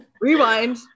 Rewind